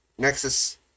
Nexus